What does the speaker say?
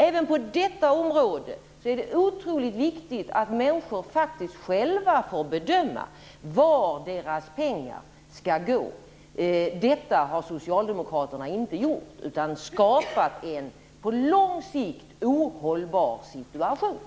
Även på detta område är det otroligt viktigt att människor faktiskt själva får bedöma var deras pengar skall gå. Detta har socialdemokraterna inte gjort utan skapat en på lång sikt ohållbar situation.